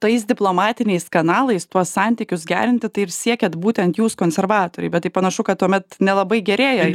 tais diplomatiniais kanalais tuos santykius gerinti tai ir siekiat būtent jūs konservatoriai bet tai panašu kad tuomet nelabai gerėja